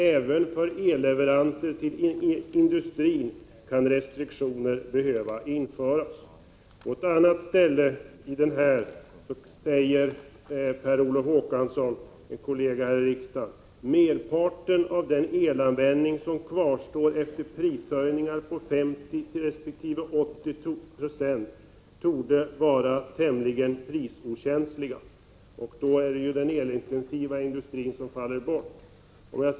—- Även för elleveranser till industrin kan restriktioner behöva införas.” Det här är centralstyrning det, herr talman! På ett annat ställe i boken säger Per Olof Håkansson, vår riksdagskollega: ”Merparten av den elanvändning som kvarstår efter prishöjningar på 50 96 resp. 80 70 torde vara tämligen prisokänslig.” Då är det den elintensiva industrin som fallit bort.